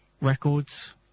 records